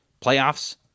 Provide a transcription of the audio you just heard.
playoffs